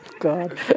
God